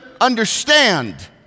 understand